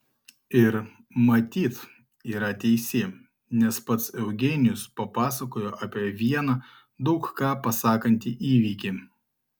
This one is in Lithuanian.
ir matyt yra teisi nes pats eugenijus papasakojo apie vieną daug ką pasakantį įvykį